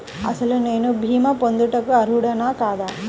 అసలు నేను భీమా పొందుటకు అర్హుడన కాదా?